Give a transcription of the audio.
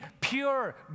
pure